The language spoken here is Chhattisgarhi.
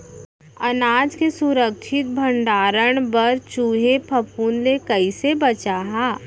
अनाज के सुरक्षित भण्डारण बर चूहे, फफूंद ले कैसे बचाहा?